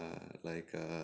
err like a